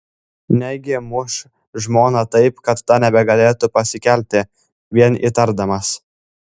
negi muš žmoną taip kad ta nebegalėtų pasikelti vien įtardamas